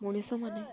ମଣିଷ ମାନେ